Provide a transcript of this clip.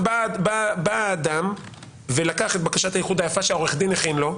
בא אדם ולקח את בקשת האיחוד היפה שהעורך דין הכין לו,